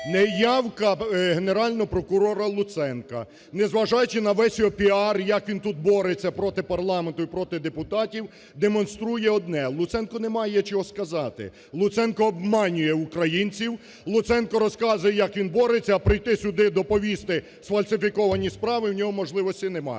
Неявка Генерального прокурора Луценка, незважаючи на весь його піар, як він тут бореться проти парламенту і проти депутатів, демонструє одне: Луценко не має чого сказати. Луценко обманює українців. Луценко розказує як він бореться, а прийти сюди доповісти сфальсифіковані справи в нього можливості немає.